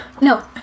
No